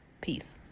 Peace